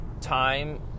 time